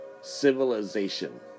civilization